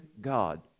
God